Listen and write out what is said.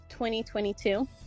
2022